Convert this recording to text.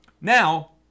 Now